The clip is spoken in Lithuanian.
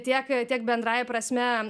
tiek tiek bendrąja prasme